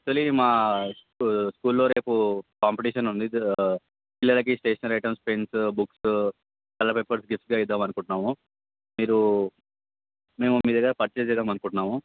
actually మా స్కూ స్కూల్లో రేపు కాంపిటేషన్ ఉంది సా పిల్లలకి stationery items pens books colour papers గిఫ్ట్గా ఇద్దాం అనుకుంటున్నాము మీరు మేము మీ దగ్గర పర్చేస్ చేద్దాం అనుకుంటున్నాము